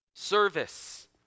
Service